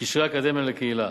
קשרי אקדמיה לקהילה,